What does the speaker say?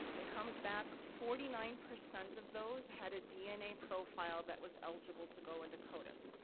it comes back, forty nine percent of those had a dna profile that was eligible to go into codis.